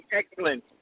excellent